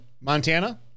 Montana